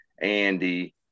Andy